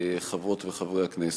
חברות וחברי הכנסת,